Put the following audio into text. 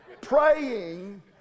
praying